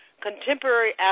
contemporary